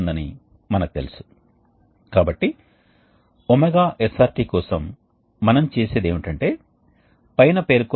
మేము counter current ప్రవాహాన్ని ఊహించినట్లయితే మన మునుపటి బొమ్మకు తిరిగి వెళితే ఇది కౌంటర్ కరెంట్ ప్రవాహం లేదా వాయువు ఇలా వెళుతుందని మీరు చూస్తారు మరియు ద్వితీయ ద్రవం ఇలా వెళుతుంది